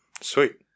Sweet